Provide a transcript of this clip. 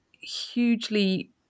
hugely